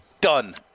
Done